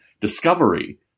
discovery